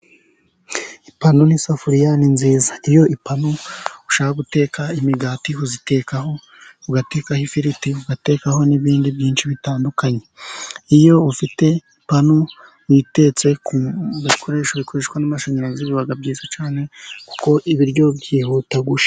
Ipanu n'isafuriya ni nziza, iyo ipanu ushaka guteka imigati uyitekaho, ugatekaho 'ifiriti, ugatekaho n'ibindi byinshi bitandukanye, iyo ufite ipananu uyiteretse ku bikoresha bikoreshwa n'amashanyarazi biba byiza cyane kuko ibiryo byihuta gushya.